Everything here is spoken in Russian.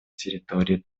территории